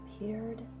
appeared